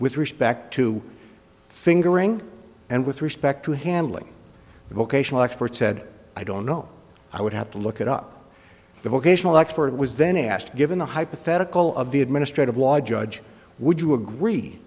with respect to fingering and with respect to handling the vocational expert said i don't know i would have to look it up the vocational expert was then asked given the hypothetical of the administrative law judge would you agree